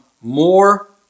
more